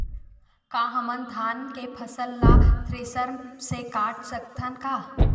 का हमन धान के फसल ला थ्रेसर से काट सकथन का?